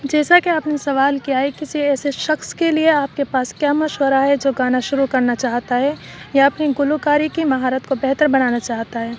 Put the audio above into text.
جیسا کہ آپ نے سوال کیا ہے کسی ایسے شخص کے لیے آپ کے پاس کیا مشورہ ہے جو گانا شروع کرنا چاہتا ہے یا اپنی گلوکاری کی مہارت کو بہتر بنانا چاہتا ہے